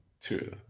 True